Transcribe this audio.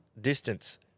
distance